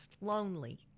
lonely